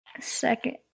Second